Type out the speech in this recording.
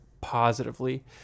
positively